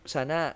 Sana